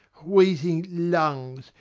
wheezing lungs,